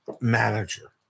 manager